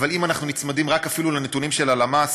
אבל אם אנחנו נצמדים אפילו רק לנתונים של הלמ"ס,